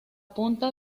punta